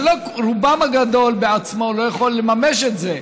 שרובם הגדול בעצמו לא יכול לממש את זה,